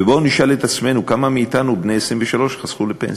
ובואו נשאל את עצמנו כמה מאתנו כשהיו בני 23 חסכו לפנסיה.